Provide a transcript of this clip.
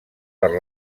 per